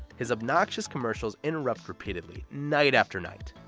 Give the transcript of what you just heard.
his obnoxious commercials interrupt repeatedly, night after night.